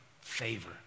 Favor